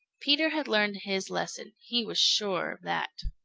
peter had learned his lesson. he was sure of that.